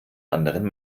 anderen